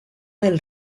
del